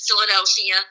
Philadelphia